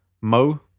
Mo